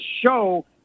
show